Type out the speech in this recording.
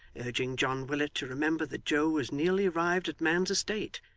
urging john willet to remember that joe was nearly arrived at man's estate,